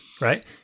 Right